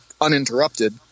uninterrupted